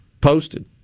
posted